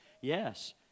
Yes